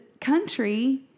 country